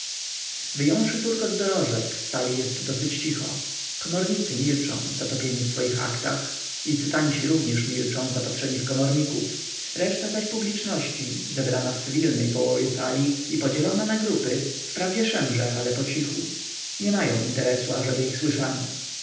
wyjąwszy turkotu dorożek w sali jest dosyć cicho komornicy milczą zatopieni w swoich aktach licytanci również milczą zapatrzeni w komorników reszta zaś publiczności zebrana w cywilnej połowie izby i podzielona na grupy wprawdzie szemrze ale pocichu nie mają interesu ażeby ich słyszano